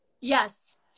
Yes